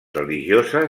religiosa